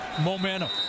momentum